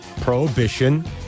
Prohibition